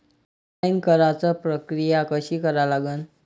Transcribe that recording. Online कराच प्रक्रिया कशी करा लागन?